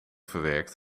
verwerkt